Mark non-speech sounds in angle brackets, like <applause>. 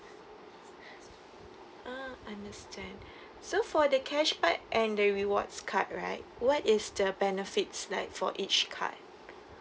ah understand <breath> so for the cashback and the rewards card right what is the benefits like for each card